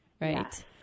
right